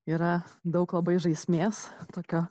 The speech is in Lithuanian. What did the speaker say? yra daug labai žaismės tokio